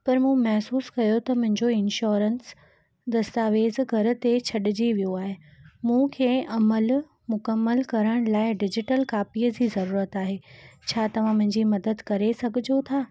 पर मूं महिसूसु कयो त मुंहिंजो इंश्योरेंस दस्तावेज़ु घर ते छॾजी वियो आहे मूंखे अमल मुकमल करण लाइ डिजिटल कापीअ जी ज़रूरत आहे छा तव्हां मुंहिंजी मदद करे सघिजो था